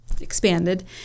expanded